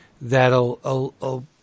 that'll